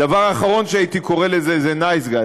הדבר האחרון שהייתי קורא לזה זה "נייס גיא",